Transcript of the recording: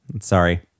sorry